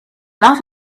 lot